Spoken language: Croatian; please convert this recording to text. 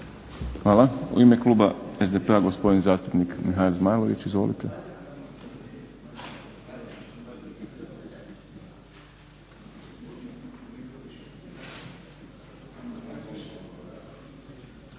Hvala. U ime kluba SDP-a gospodin zastupnik Mihael Zmajlović. Izvolite.